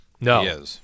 No